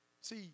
see